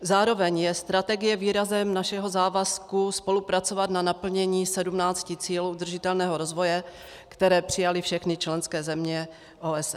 Zároveň je strategie výrazem našeho závazku spolupracovat na naplnění 17 cílů udržitelného rozvoje, které přijaly všechny členské země OSN.